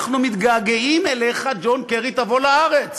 אנחנו מתגעגעים אליך, ג'ון קרי, תבוא לארץ.